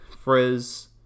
Frizz